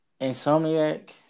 Insomniac